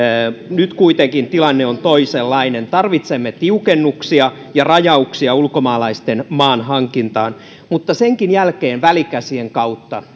nyt kuitenkin tilanne on toisenlainen tarvitsemme tiukennuksia ja rajauksia ulkomaalaisten maanhankintaan mutta senkin jälkeen välikäsien kautta